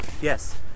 Yes